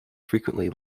frequently